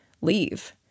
leave